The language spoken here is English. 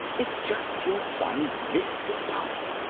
it's just your son's mystic power.